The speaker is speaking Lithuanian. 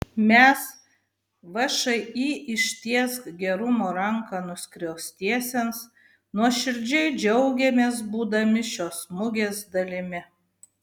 mes všį ištiesk gerumo ranką nuskriaustiesiems nuoširdžiai džiaugiamės būdami šios mugės dalimi